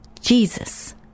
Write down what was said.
Jesus